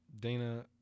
Dana